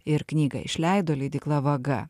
ir knygą išleido leidykla vaga